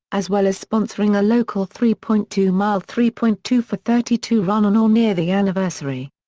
as well as sponsoring a local three point two mile three point two for thirty two run on or near the anniversary.